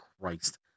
Christ